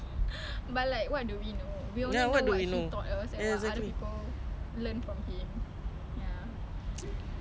but seriously though after my private course